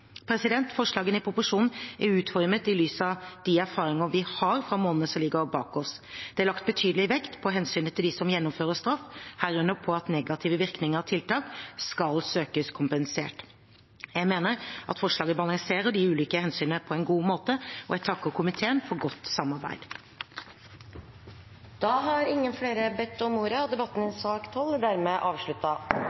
Forslagene i proposisjonen er utformet i lys av de erfaringer vi har fra de månedene som ligger bak oss. Det er lagt betydelig vekt på hensynet til dem som gjennomfører straff, herunder på at negative virkninger av tiltak skal søkes kompensert. Jeg mener at forslagene balanserer de ulike hensynene på en god måte, og jeg takker komiteen for godt samarbeid. Flere har ikke bedt om ordet til sak nr. 12. Ingen har bedt om ordet.